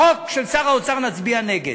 בחוק של שר האוצר נצביע נגד.